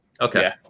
Okay